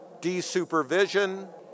Desupervision